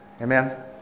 Amen